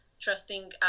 trusting